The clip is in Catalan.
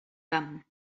camp